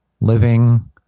living